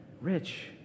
Rich